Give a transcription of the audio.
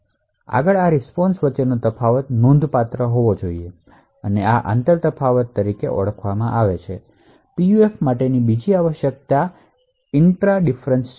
આગળ આ રીસ્પોન્શ વચ્ચેનો તફાવત નોંધપાત્ર હોવો જોઈએ આ આંતર તફાવત તરીકે ઓળખાય છે અને પીયુએફમાટેની બીજી આવશ્યકતા ઇન્ટ્રા ડિફરન્સ છે